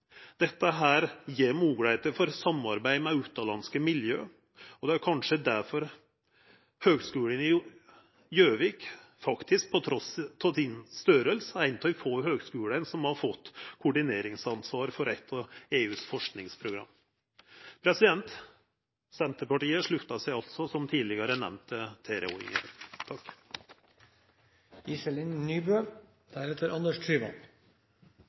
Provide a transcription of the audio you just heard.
Dette gjev moglegheiter for samarbeid med utanlandske miljø, og det er kanskje derfor Høgskolen i Gjøvik faktisk, trass i storleiken sin, er ein av dei få høgskulane som har fått koordineringsansvar for eit av forskingsprogramma i EU. Senterpartiet sluttar seg altså, som tidlegare